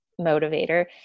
motivator